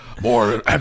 More